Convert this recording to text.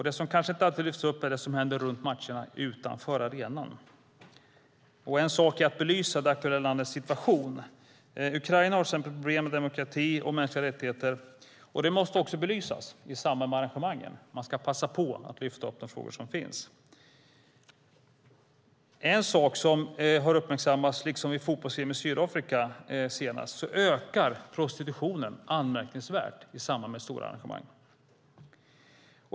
Det som kanske inte alltid lyfts upp är det som händer runt matcherna, utanför arenan. En sak är att belysa det aktuella landets situation. Ukraina har till exempel problem med demokrati och mänskliga rättigheter, och det måste också belysas i samband med arrangemangen. Man ska passa på att lyfta fram de frågor som finns. En sak som har uppmärksammats, liksom vid fotbolls-VM i Sydafrika senast, är att prostitutionen ökar anmärkningsvärt i samband med stora arrangemang.